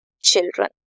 children